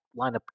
lineup